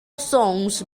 songs